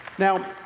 now,